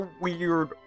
weird